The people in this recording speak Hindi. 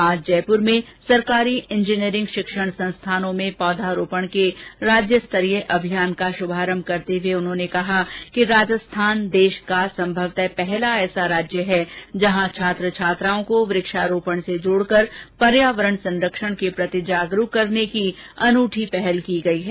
आज जयपुर में सरकारी इंजीनियरिंग शिक्षण संस्थानों में पौधारोपण के राज्यस्तरीय अभियान का शुभारम्भ करते हुए उन्होंने कहा कि राजस्थान देश का सम्भवतः पहला ऐसा राज्य है जहां छात्र छात्राओं को वक्षारोपण से जोड़ कर पर्यावरण संरक्षण के प्रति जागरुक करने की अभिनव पहल की गई है